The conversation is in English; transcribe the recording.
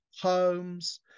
homes